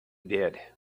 did